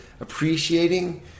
appreciating